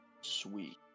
Sweet